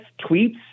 tweets